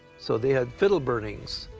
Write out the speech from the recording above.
so they had fiddle burnings.